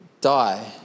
die